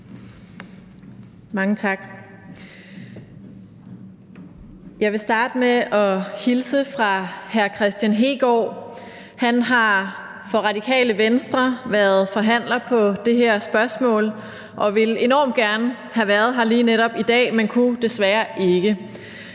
Mange tak. Jeg vil starte med at hilse fra hr. Kristian Hegaard. Han har være forhandler for Radikale Venstre i det her spørgsmål og ville enormt gerne have været her lige netop i dag, men kunne desværre ikke.